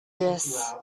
this